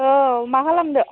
औ मा खालामदो